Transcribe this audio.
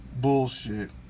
bullshit